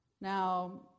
Now